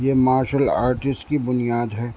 یہ martial arts کی بنیاد ہے